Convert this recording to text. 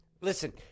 listen